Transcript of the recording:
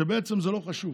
שבעצם זה לא חשוב.